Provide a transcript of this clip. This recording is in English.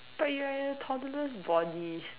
but you're in a toddler's body